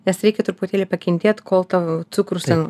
nes reikia truputėlį pakentėt kol tau cukrus ten